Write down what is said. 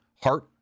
heart